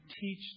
teach